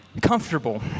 comfortable